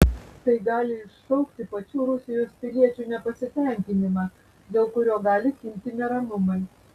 tai gali iššaukti pačių rusijos piliečių nepasitenkinimą dėl kurio gali kilti neramumai